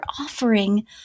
offering